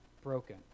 broken